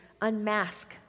unmask